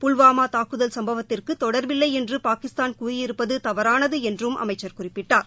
புல்வாமா தாக்குதல் சம்பவத்திற்கு தொடர்பில்லை என்று பாகிஸ்தான் கூறியிருப்பது தவறானது என்றும் அமைச்சர் குறிப்பிட்டார்